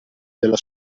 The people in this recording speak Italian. della